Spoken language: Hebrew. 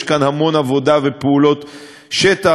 יש כאן המון עבודה ופעולות שטח.